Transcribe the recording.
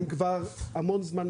הם מנסים כבר המון זמן.